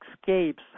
escapes